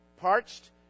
Parched